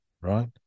right